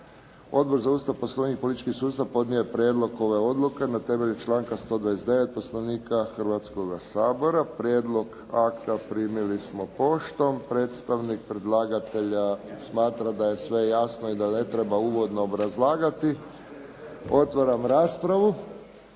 Odbor za Ustav, Poslovnik i politički sustav podnio je prijedlog ove odluke na temelju članka 129. Poslovnika Hrvatskog sabora. Prijedlog akta primili smo poštom. Predstavnik predlagatelja smatra da je sve jasno i da ne treba uvodno obrazlagati. Otvaram raspravu.